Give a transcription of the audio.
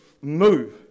move